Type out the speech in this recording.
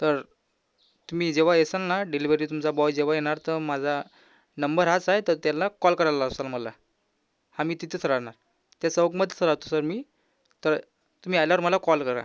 तर तुम्ही जेव्हा येसाल ना डिलिवरी तुमचा बॉय जेव्हा येणार तर माझा नंबर हाच आहे तर त्यांना कॉल करायला लाव सांगा मला हा मी तिथंच राहणार त्या चौकामध्येच राहतो सर मी तर तुम्ही आल्यावर मला कॉल करा